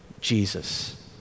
Jesus